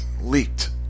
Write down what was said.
leaked